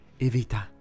Evita